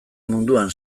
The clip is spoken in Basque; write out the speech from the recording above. munduan